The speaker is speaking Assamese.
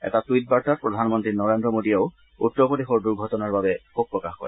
এটা টুইট বাৰ্তাত প্ৰধান মন্তী নৰেজ্ৰ মোদীয়েও উত্তৰ প্ৰদেশৰ দুৰ্ঘটনাৰ বাবে শোক প্ৰকাশ কৰে